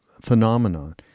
phenomenon